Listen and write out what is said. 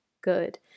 good